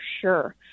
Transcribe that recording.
sure